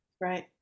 Right